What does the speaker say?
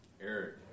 Eric